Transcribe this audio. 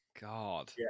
god